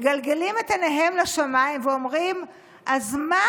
מגלגלים את עיניהם לשמיים ואומרים: אז מה